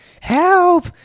Help